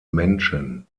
menschen